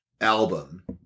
album